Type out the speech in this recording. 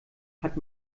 hat